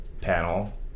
panel